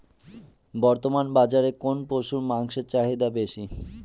বর্তমান বাজারে কোন পশুর মাংসের চাহিদা বেশি?